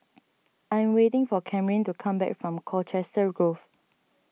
I am waiting for Camryn to come back from Colchester Grove